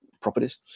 properties